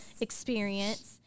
experience